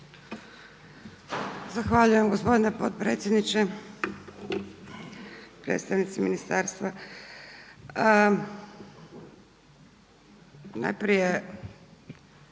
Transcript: Zahvaljujem gospodine potpredsjedniče, predstavnici ministarstva. Najprije